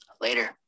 Later